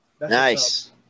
Nice